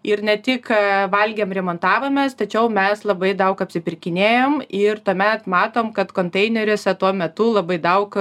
ir ne tik valgėm remontavomės tačiau mes labai daug apsipirkinėjom ir tuomet matom kad konteineriuose tuo metu labai daug